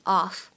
off